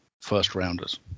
first-rounders